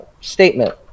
statement